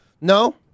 No